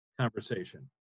conversation